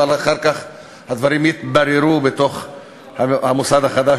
אבל אחר כך הדברים יתבררו בתוך המוסד החדש,